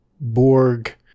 Borg